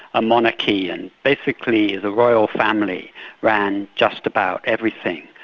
a monarchy and basically the royal family ran just about everything,